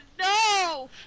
no